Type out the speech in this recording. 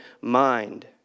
mind